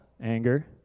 anger